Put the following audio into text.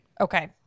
okay